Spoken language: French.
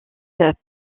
peuvent